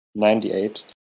98